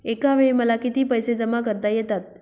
एकावेळी मला किती पैसे जमा करता येतात?